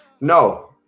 No